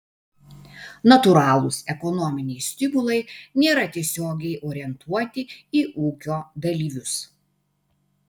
natūralūs ekonominiai stimulai nėra tiesiogiai orientuoti į ūkio dalyvius